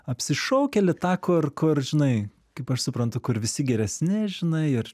apsišaukėlį tą kur kur žinai kaip aš suprantu kur visi geresni žinai ir